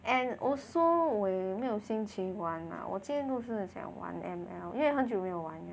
and also 我也没有心情玩 lah 我今天不是很想玩 M_L 因为很久没有了